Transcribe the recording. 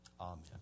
Amen